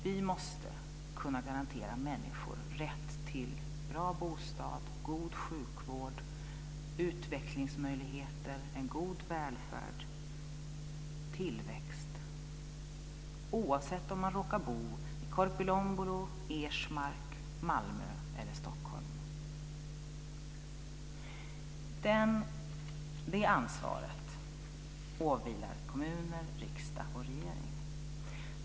Vi måste kunna garantera människor rätt till bra bostad, god sjukvård, utvecklingsmöjligheter, en god välfärd och tillväxt oavsett om man råkar bo i Korpilombolo, Ersmark, Malmö eller Stockholm. Det ansvaret åvilar kommuner, riksdag och regering.